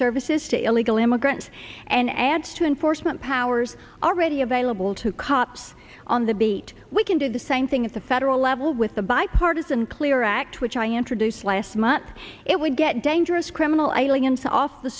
services to illegal immigrants and add to enforcement powers already available to cops on the beat we can do the same thing at the federal level with the bipartisan clear act which i introduced last month it would get dangerous criminal aliens off the